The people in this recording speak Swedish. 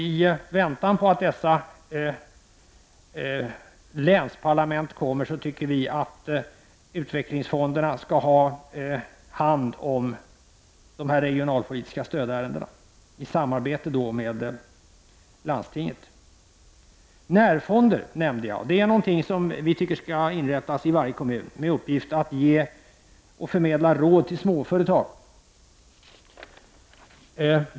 I väntan på att dessa länsparlament kommer, anser vi att utvecklingsfonderna i samarbete med landstingen skall ha hand om dessa ärenden om regionalpolitiskt stöd. Jag nämnde närfonder. Det är något som vi tycker skall inrättas i varje kommun med uppgift att ge och förmedla råd till småföretag.